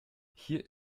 hier